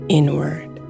inward